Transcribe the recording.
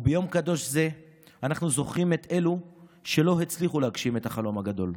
וביום קדוש זה אנחנו זוכרים את אלו שלא הצליחו להגשים את החלום הגדול.